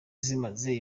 zimaze